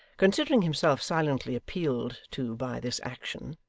considering himself silently appealed to by this action,